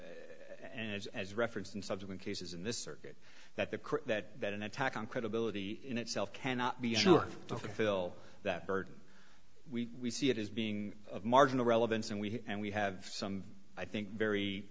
and as referenced in subsequent cases in this circuit that the that that an attack on credibility in itself cannot be sure to fill that burden we see it as being of marginal relevance and we and we have some i think very